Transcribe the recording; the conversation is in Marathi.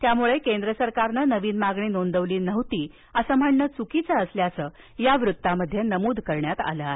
त्यामुळे केंद्र सरकारनं नवीन मागणी नोंदवली नव्हती असं म्हणण चुकीचं असल्याचं या बातमीत म्हटल आहे